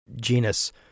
genus